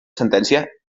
sentència